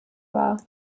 war